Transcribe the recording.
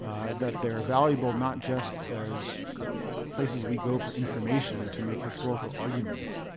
that they're valuable, not just as places we go for information to make historical arguments,